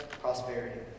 prosperity